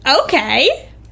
okay